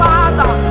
Father